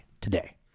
today